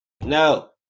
No